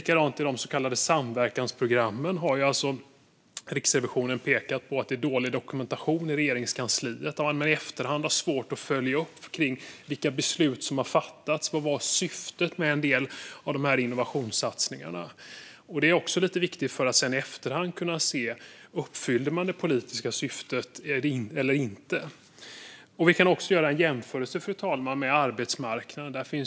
När det gäller de så kallade samverkansprogrammen har Riksrevisionen pekat på att det är dålig dokumentation i Regeringskansliet och att det i efterhand är svårt att följa upp vilka beslut som har fattats och vad som var syftet med en del av dessa innovationssatsningar. Det är viktigt för att man i efterhand ska kunna se om det politiska syftet uppfylldes eller inte. Vi kan också göra en jämförelse med arbetsmarknaden, fru talman.